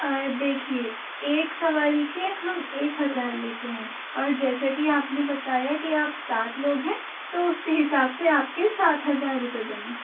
دیکھیے ایک سواری کے ہم ایک ہزار لیتے ہیں اور جیسے کہ آپ نے بتایا کہ آپ سات لوگ ہیں تو اس کے حساب سے آپ کے سات ہزار روپئے بنیں